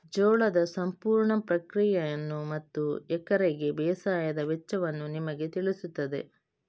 ಜೋಳದ ಸಂಪೂರ್ಣ ಪ್ರಕ್ರಿಯೆಯನ್ನು ಮತ್ತು ಎಕರೆಗೆ ಬೇಸಾಯದ ವೆಚ್ಚವನ್ನು ನಿಮಗೆ ತಿಳಿಸುತ್ತದೆ